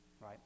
right